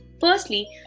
Firstly